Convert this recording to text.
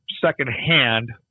secondhand